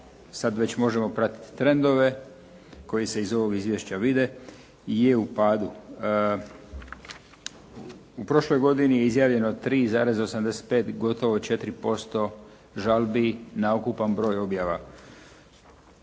sada već možemo pratiti trendove koji se iz ovog izvješća vide, je u padu. U prošloj godini je izjavljeno 3,85 gotovo 4% žalbi na ukupan broj objava.